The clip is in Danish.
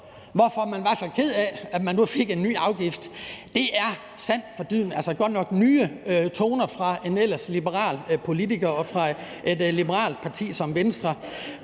det, og også sådan, fru Mette Thiesen skildrede det. Det er sandt for dyden altså godt nok nye toner fra en ellers liberal politiker og fra et liberalt parti som Venstre.